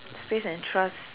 face and trust